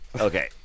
Okay